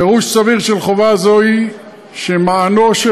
פירוש סביר של חובה זו היא שמענו של